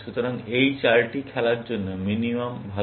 সুতরাং এই চালটি খেলার জন্য মিনিমাম ভাল